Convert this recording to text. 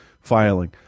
filing